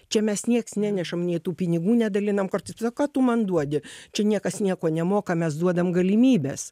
čia mes nieks nenešam nei tų pinigų nedalinam kartais psak ką tu man duodi čia niekas nieko nemoka mes duodam galimybes